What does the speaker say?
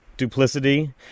Duplicity